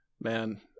Man